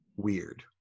weird